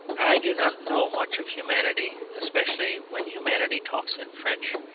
i do not know much of humanity, especially when humanity talks in french.